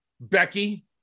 Becky